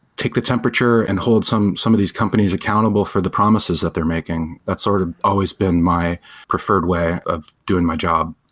take the temperature and hold some some of these companies accountable for the promises that they're making. that's sort of always been my preferred way of doing my job.